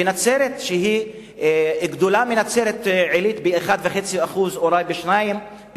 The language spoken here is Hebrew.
בנצרת שהיא גדולה מנצרת-עילית פי-1.5 או פי-שניים,